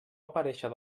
aparèixer